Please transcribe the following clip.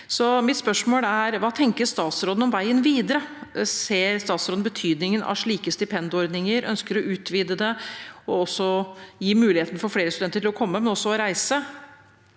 Hva tenker statsråden om veien videre? Ser statsråden betydningen av slike stipendordninger? Ønsker hun å utvide det og gi muligheten for flere studenter til å komme, men også til å reise?